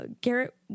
Garrett